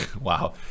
Wow